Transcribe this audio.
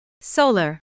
Solar